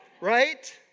Right